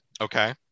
Okay